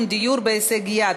דיור בהישג יד),